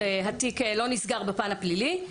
התיק לא נסגר בפן הפלילי.